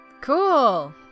cool